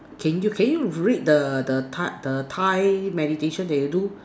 can you can you rate the the Thai the Thai meditation that you do